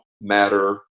matter